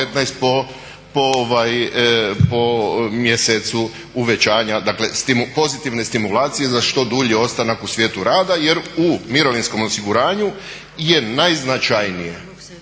po mjesecu uvećanja pozitivne stimulacije za što dulji ostanak u svijetu rada jer u mirovinskom osiguranju je najznačajnije,